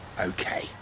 okay